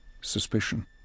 suspicion